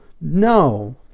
no